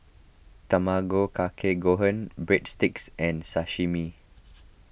Tamago Kake Gohan Breadsticks and Sashimi